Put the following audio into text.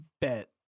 bet